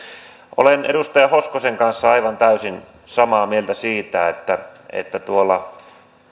olen edustaja hoskosen kanssa aivan täysin samaa mieltä siitä että että tuolla